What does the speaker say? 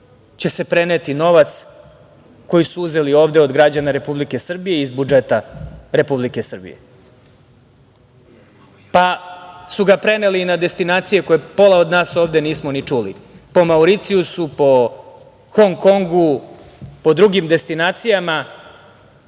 će se preneti novac koji su uzeli ovde od građana Republike Srbije iz budžet Republike Srbije. Pa, su ga preneli i na destinacije koje pola od nas ovde nismo ni čuli, po Mauricijusu, po Hong Kongu, pod drugim destinacijama,